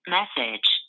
Message